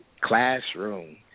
classroom